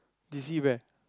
D_C brand